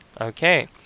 okay